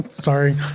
Sorry